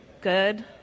Good